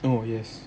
oh yes